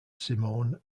simone